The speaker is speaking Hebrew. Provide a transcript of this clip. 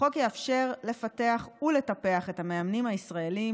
החוק יאפשר לפתח ולטפח את המאמנים הישראלים